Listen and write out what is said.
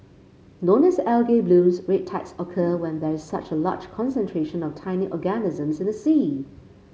known as algae blooms red tides occur when there is such a large concentration of tiny organisms in the sea